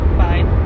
fine